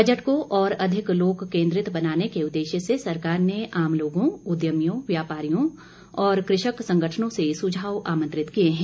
budget को और अधिक लोक केन्द्रित बनाने के उद्देश्य से सरकार ने आम लोगों उद्यमियों व्यापारियों और कृषक संगठनों से सुझाव आमंत्रित किए हैं